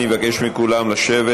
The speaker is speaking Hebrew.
אני מבקש מכולם לשבת.